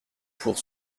pour